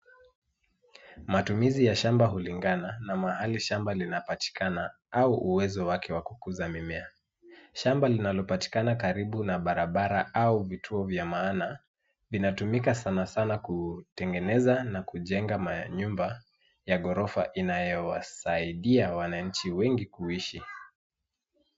Matumizi ya shamba hulingana na mahali shamba linapatikana au uwezo wake wa kukuza mimea. Shamba linalopatikana karibu na barabara au vituo vya maana vinatumika sana sana kutengeneza na kujenga manyumba ya ghorofa inayowasaidia wananchi wengi kuishi.